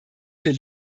für